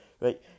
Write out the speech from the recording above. Right